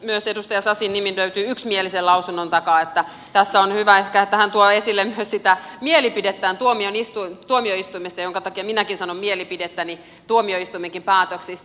myös edustaja sasin nimi löytyy yksimielisen lausunnon takaa joten tässä on hyvä ehkä että hän tuo esille myös sitä mielipidettään tuomioistuimesta minkä takia minäkin sanon mielipiteeni tuomioistuimenkin päätöksistä